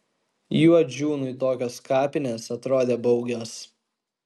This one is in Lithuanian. juodžiūnui tokios kapinės atrodė baugios